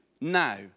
now